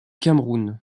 cameroun